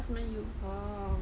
oh